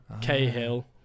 Cahill